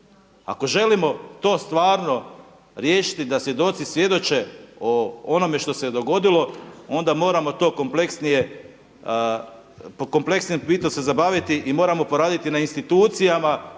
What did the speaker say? Ako želimo to stvarno riješiti da svjedoci svjedoče o onome što se je dogodilo onda moramo to kompleksnije, kompleksnije pritom se zabavit i moramo poraditi na institucijama